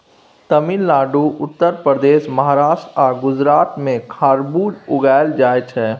तमिलनाडु, उत्तर प्रदेश, महाराष्ट्र आ गुजरात मे खरबुज उगाएल जाइ छै